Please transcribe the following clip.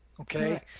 okay